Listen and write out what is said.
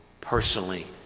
personally